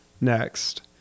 Next